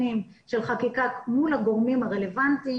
דברים.